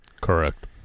correct